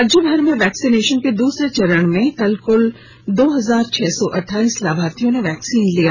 राज्यभर में वैक्सीनेशन के दूसरे चरण में कल कुल दो हजार छह सौ अठाईस लाभार्थियों ने वैक्सीन लिया